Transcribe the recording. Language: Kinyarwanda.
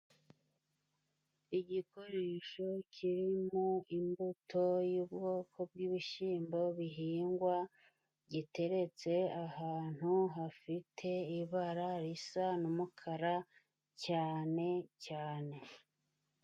Igikoresho kirimo imbuto yubwoko bw'ibishyimbo bihingwa, gitereretse ahantu hafite ibara risa n'umukara cyane cyane.